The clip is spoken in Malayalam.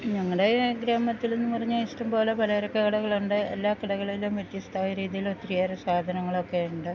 ഞങ്ങളുടെ ഗ്രാമത്തിലെന്ന് പറഞ്ഞാൽ ഇഷ്ടംപോലെ പലചരക്ക് കടകൾ ഉണ്ട് എല്ലാ കടകളിലും വ്യത്യസ്ഥമായ രീതിയിൽ ഒത്തിരി ഏറെ സാധനങ്ങളൊക്കെ ഉണ്ട്